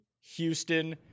Houston